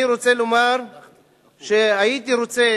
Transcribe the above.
אני רוצה לומר שהייתי רוצה